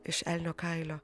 iš elnio kailio